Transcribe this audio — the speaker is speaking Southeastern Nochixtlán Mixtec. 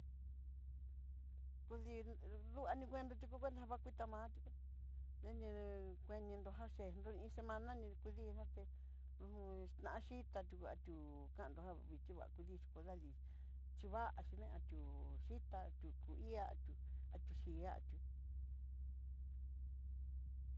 Kudí lu'á xhinikuento chí kuendo tava kutéa ma ti'ó, deneno kuendó ngache iin semana iin kudi jaté luxnaxhíta, tu kandó jan vixhí akudichí kodali xhivachí ne'a ti'ó xhitá tuku ihá atuxí ihá ti'ó.